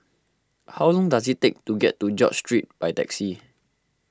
how long does it take to get to George Street by taxi